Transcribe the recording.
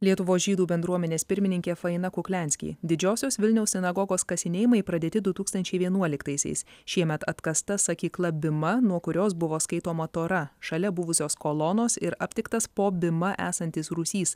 lietuvos žydų bendruomenės pirmininkė faina kukliansky didžiosios vilniaus sinagogos kasinėjimai pradėti du tūkstančiai vienuoliktaisiais šiemet atkasta sakykla bima nuo kurios buvo skaitoma tora šalia buvusios kolonos ir aptiktas po bima esantis rūsys